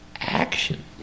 action